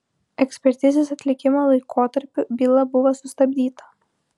ekspertizės atlikimo laikotarpiu byla buvo sustabdyta